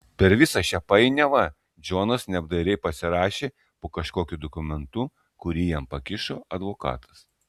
per visą šią painiavą džonas neapdairiai pasirašė po kažkokiu dokumentu kurį jam pakišo advokatas